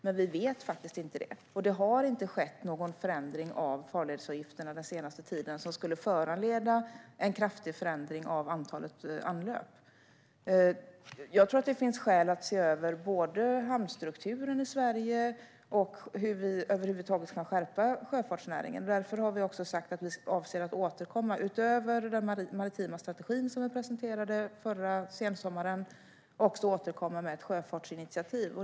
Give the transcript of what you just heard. Men detta är faktiskt inget vi vet, och det har inte den senaste tiden skett någon förändring av farledsavgifterna som skulle föranleda en kraftig förändring av antalet anlöp. Det finns skäl att se över både hamnstrukturen i Sverige och hur vi över huvud taget kan skärpa sjöfartsnäringen. Därför har vi sagt att vi utöver den maritima strategi som vi presenterade förra sensommaren avser att återkomma med ett sjöfartsinitiativ.